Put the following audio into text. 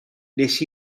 nes